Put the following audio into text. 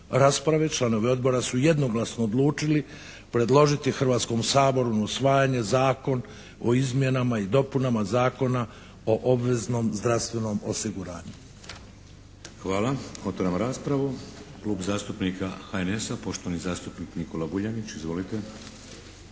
članovi Odbora su jednoglasno odlučili predložiti Hrvatskom saboru na usvajanje Zakon o izmjenama i dopunama Zakona o obveznom zdravstvenom osiguranju. **Šeks, Vladimir (HDZ)** Hvala. Otvaram raspravu. Klub zastupnika HNS-a, poštovani zastupnik Nikola Vuljanić. Izvolite.